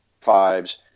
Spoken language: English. Fives